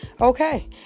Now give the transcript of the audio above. Okay